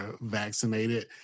vaccinated